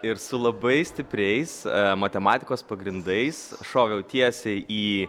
ir su labai stipriais matematikos pagrindais šoviau tiesiai į